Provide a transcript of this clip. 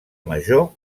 major